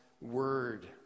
word